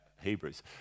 Hebrews